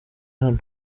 hano